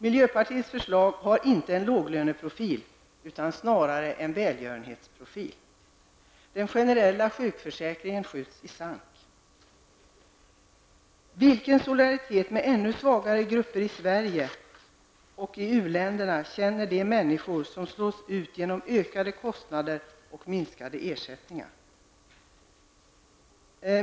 Miljöpartiets förslag har inte en låglöneprofil -- snarare en välgörenhetsprofil. Den generella sjukförsäkringen skjuts i sank. Men vilken solidaritet med ännu svagare grupper i Sverige och i u-länderna kan de människor känna som slås ut till följd av ökade kostnader och minskade ersättningar?